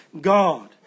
God